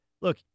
look